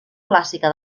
clàssica